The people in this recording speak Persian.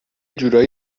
جورایی